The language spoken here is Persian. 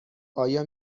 آیا